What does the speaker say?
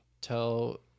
Tell